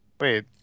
Wait